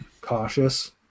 cautious